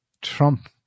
Trump